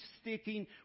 sticking